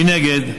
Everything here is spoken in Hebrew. מנגד,